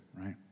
Right